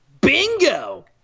Bingo